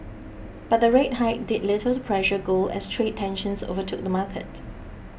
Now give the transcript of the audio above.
but the rate hike did little to pressure gold as trade tensions overtook the market